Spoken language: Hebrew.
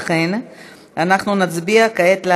ולכן אנחנו נצביע כעת על